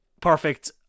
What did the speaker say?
perfect